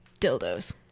Dildos